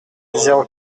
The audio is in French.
zéro